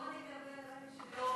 בוא נקווה רק שלא